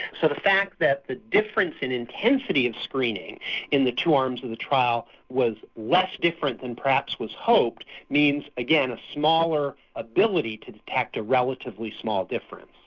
so the fact that the difference in intensity of screening in the two arms of the trial was less different than perhaps was hoped means again a smaller ability to detect a relatively small difference.